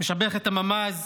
את הממ"ז